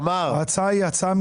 ההצעה היא הצעה מידתית.